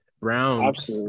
Browns